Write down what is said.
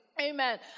Amen